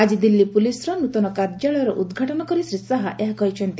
ଆକି ଦିଲ୍ଲୀ ପୁଲିସ୍ର ନୃତନ କାର୍ଯ୍ୟାଳୟର ଉଦ୍ଘାଟନ କରି ଶ୍ରୀ ଶାହା ଏହା କହିଛନ୍ତି